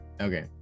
Okay